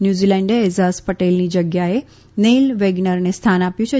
ન્યુઝીલેન્ડે એઝાજ પટેલની જગ્યાએ નેઇલ વેગનરને સ્થાન આપ્યુ છે